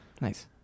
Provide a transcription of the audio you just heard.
Nice